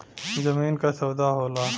जमीन क सौदा होला